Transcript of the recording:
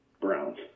Browns